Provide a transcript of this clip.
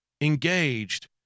engaged